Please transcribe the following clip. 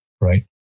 Right